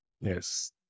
Yes